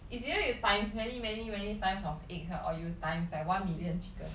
is either you times many many many times of eggs right or you times like one million chicken